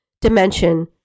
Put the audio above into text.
dimension